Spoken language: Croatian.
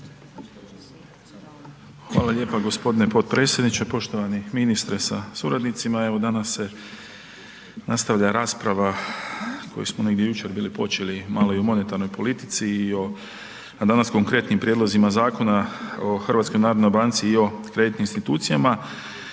Hvala lijepa g. potpredsjedniče, poštovani ministre sa suradnicima evo danas se nastavlja rasprava koju smo negdje jučer bili počeli malo i o monetarnoj politici i o, a danas konkretnim prijedlozima Zakona o HNB-u i o kreditnim institucijama